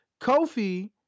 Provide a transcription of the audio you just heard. Kofi